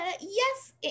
yes